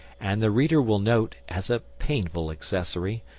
and the reader will note, as a painful accessory,